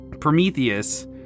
Prometheus